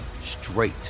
straight